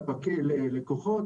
ללקוחות,